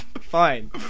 Fine